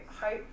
hope